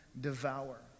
Devour